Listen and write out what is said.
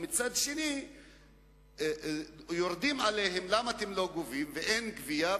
ומצד שני יורדים עליהם: למה אתם לא גובים ואין גבייה?